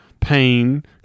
pain